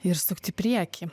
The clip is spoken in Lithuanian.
ir sukti į priekį